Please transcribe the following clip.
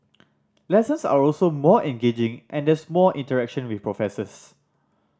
lessons are also more engaging and there's more interaction with professors